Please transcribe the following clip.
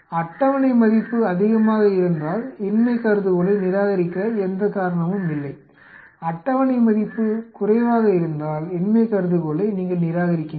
அட்டவணை மதிப்பு அதிகமாக இருந்தால் இன்மை கருதுகோளை நிராகரிக்க எந்த காரணமும் இல்லை அட்டவணை மதிப்பு குறைவாக இருந்தால் இன்மை கருதுகோளை நீங்கள் நிராகரிக்கிறீர்கள்